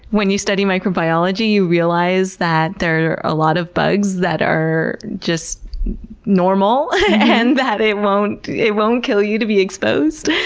when you study microbiology you realize that there are a lot of bugs that are just normal and that it won't it won't kill you to be exposed,